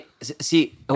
see